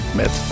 met